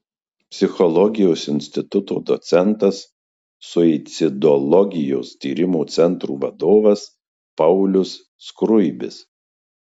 psichologijos instituto docentas suicidologijos tyrimų centro vadovas paulius skruibis